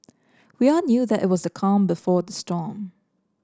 we all knew that it was the calm before the storm